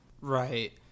Right